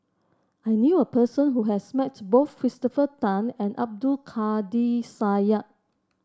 I knew a person who has met both Christopher Tan and Abdul Kadir Syed